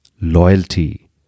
loyalty